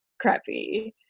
crappy